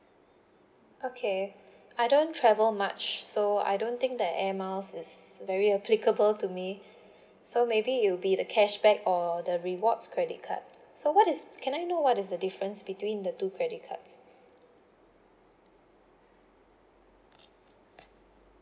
okay I don't travel much so I don't think that Air Miles is very applicable to me so maybe it will be the cashback or the rewards credit card so what is can I know what is the difference between the two credit cards